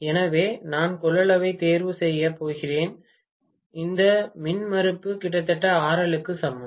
எனவே நான் கொள்ளளவைத் தேர்வு செய்யப் போகிறேன் இந்த மின்மறுப்பு கிட்டத்தட்ட RL க்கு சமம்